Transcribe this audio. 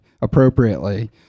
appropriately